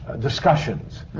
discussions,